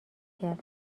کرد